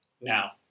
Now